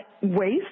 waste